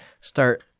start